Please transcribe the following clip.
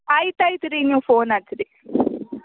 ಆಯ್ತಾಯ್ತು ರೀ ನೀವು ಫೋನ್ ಹಚ್ರಿ